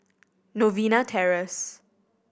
Novena Terrace